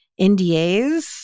NDAs